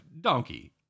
donkey